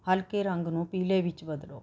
ਹਲਕੇ ਰੰਗ ਨੂੰ ਪੀਲੇ ਵਿੱਚ ਬਦਲੋ